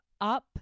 up